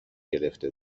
گرفته